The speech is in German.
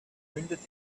mündet